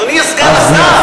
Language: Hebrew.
אדוני סגן השר.